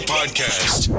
Podcast